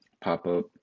pop-up